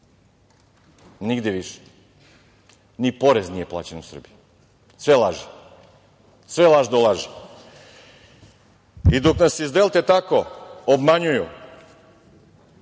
Nigde više, ni porez nije plaćen u Srbiji. Sve laži. Sve je laž do laži. Dok nas iz Delte tako obmanjuju,